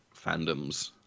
fandoms